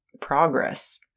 progress